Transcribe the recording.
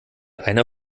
einer